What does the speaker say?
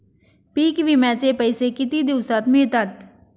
पीक विम्याचे पैसे किती दिवसात मिळतात?